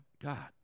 God